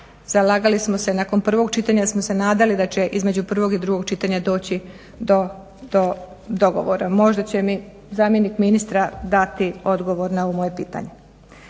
zalagali smo se, nakon prvog čitanja smo se nadali da će između prvog i drugog čitanja doći do dogovora. Možda će mi zamjenik ministra dati odgovor na ovo moje pitanje.